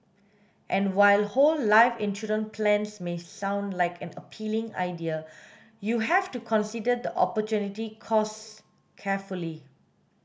and while whole life insurance plans may sound like an appealing idea you have to consider the opportunity costs carefully